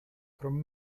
from